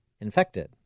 infected